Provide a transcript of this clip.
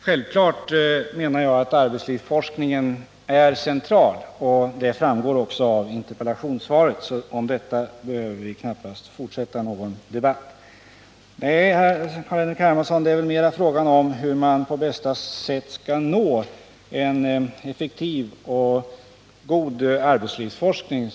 Självklart menar jag att arbetslivsforskningen är central, och det framgår också av interpellationssvaret, så om detta behöver vi knappast fortsätta att debattera. Nej, herr Hermansson, detta samtal borde väl mera gälla hur man på bästa sätt skall nå en effektiv och god arbetslivsforskning.